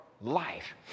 life